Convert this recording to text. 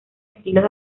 estilos